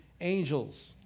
angels